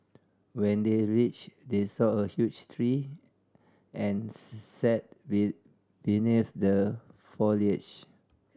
when they reached they saw a huge tree and sat be beneath the foliage